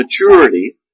maturity